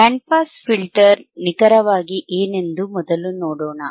band pass filter ನಿಖರವಾಗಿ ಏನೆಂದು ಮೊದಲು ನೋಡೋಣ